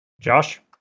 Josh